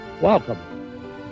welcome